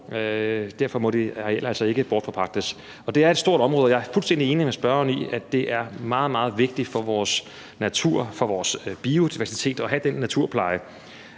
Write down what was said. areal altså ikke bortforpagtes. Det er et stort område, og jeg er fuldstændig enig med spørgeren i, at det er meget, meget vigtigt for vores natur og vores biodiversitet at have den naturpleje.